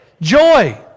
Joy